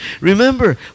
Remember